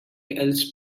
else